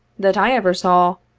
that i ever saw,